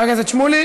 חבר הכנסת שמולי